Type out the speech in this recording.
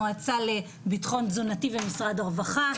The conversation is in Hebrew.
המועצה לביטחון תזונתי במשרד הרווחה.